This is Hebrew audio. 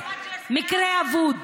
מקרה אבוד.